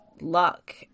luck